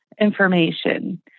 information